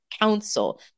Council